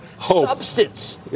substance